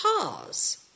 pause